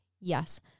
Yes